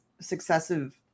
successive